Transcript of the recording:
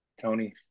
Tony